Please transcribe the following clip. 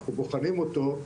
אנחנו בוחנים אותו.